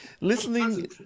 listening